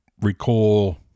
recall